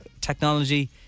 technology